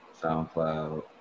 SoundCloud